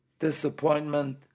Disappointment